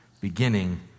beginning